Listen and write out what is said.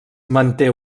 manté